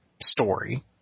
story